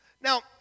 Now